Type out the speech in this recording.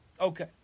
Okay